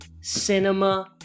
cinema